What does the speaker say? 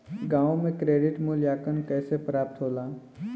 गांवों में क्रेडिट मूल्यांकन कैसे प्राप्त होला?